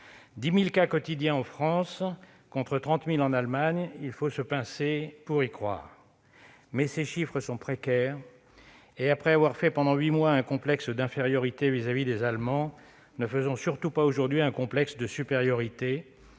10 000 cas quotidiens en France, contre 30 000 en Allemagne. Il faut se pincer pour y croire ! Cependant, ces chiffres sont précaires, et après avoir fait pendant huit mois un complexe d'infériorité vis-à-vis des Allemands, ne faisons surtout pas aujourd'hui un complexe de supériorité.